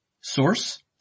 Source